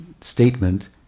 statement